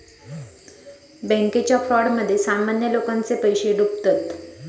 बॅन्केच्या फ्रॉडमध्ये सामान्य लोकांचे पैशे डुबतत